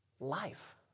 Life